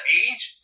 age